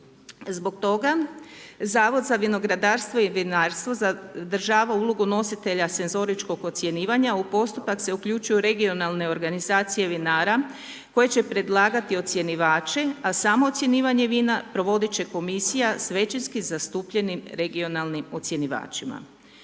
Zbog toga Zavod za vinogradarstvo i vinarstvo zadržava ulogu nositelja senzoričnog ocjenjivanja. U postupak se uključuju regionalne organizacije vinara koje će predlagati ocjenjivači a samo ocjenjivanje vina provoditi će komisija s većinski zastupljenim regionalnim ocjenjivačima.